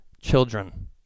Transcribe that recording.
children